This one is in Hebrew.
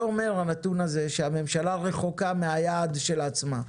הנתון הזה אומר שהממשלה רחוקה מהיעד של עצמה.